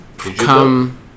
Come